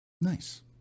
Nice